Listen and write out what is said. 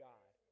God